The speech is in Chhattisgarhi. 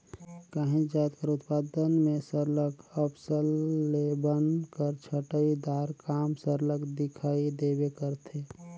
काहींच जाएत कर उत्पादन में सरलग अफसल ले बन कर छंटई दार काम सरलग दिखई देबे करथे